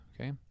Okay